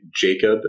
jacob